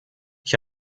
ich